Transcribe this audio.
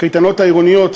הקייטנות העירוניות